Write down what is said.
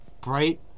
bright